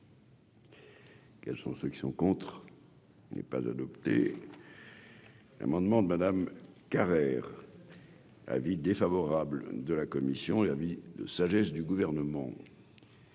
Quels sont ceux qui sont contre n'est pas adopté l'amendement de Madame Carrère : avis défavorable de la commission et avis de sagesse du gouvernement.